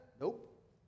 Nope